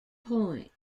point